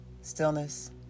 stillness